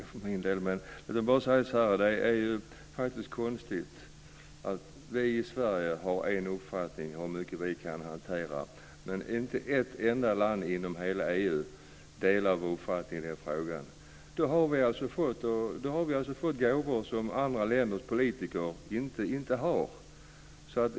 Fru talman! Det är konstigt att vi i Sverige har en uppfattning om hur mycket vi kan hantera, men inte ett enda land i hela EU delar vår uppfattning i den frågan. Då har vi alltså fått gåvor som andra länders politiker inte har.